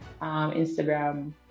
Instagram